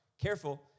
Careful